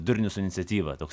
durnius su iniciatyva toks